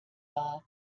war